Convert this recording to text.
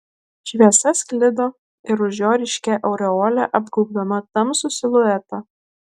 šviesa sklido ir už jo ryškia aureole apgaubdama tamsų siluetą